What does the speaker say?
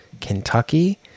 Kentucky